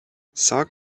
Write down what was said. sag